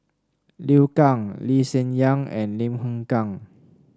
Liu Kang Lee Hsien Yang and Lim Hng Kiang